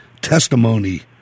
testimony